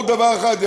דבר אחד ברור,